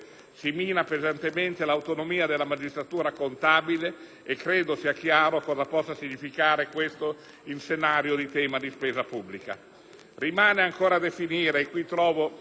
Si mina pesantemente l'autonomia della magistratura contabile e credo sia chiaro cosa possa significare questo scenario in tema di spesa pubblica.